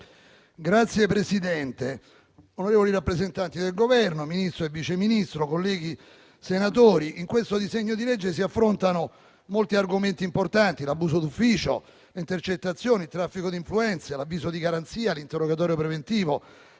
Signor Presidente, onorevoli rappresentanti del Governo, Ministro e Vice Ministro, colleghi senatori, in questo disegno di legge si affrontano molti argomenti importanti: l'abuso d'ufficio, le intercettazioni, il traffico di influenze, l'avviso di garanzia, l'interrogatorio preventivo,